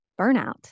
burnout